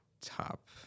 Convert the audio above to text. top